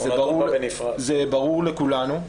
זה ברור לכולנו.